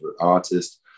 artist